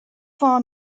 far